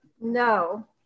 No